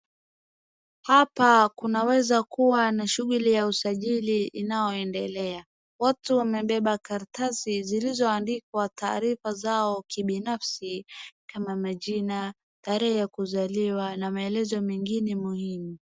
Hapa kunaweza kuwa na shughuli ya usajili inayoendelea, watu wamebeba karatasi zilizoandikwa taarifa zao kibinafsi kama majina, tarehe ya kuzaliwa na maelezo mengine muhimu.